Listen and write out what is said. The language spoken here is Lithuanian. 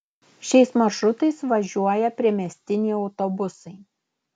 šiais maršrutais važiuoja priemiestiniai autobusai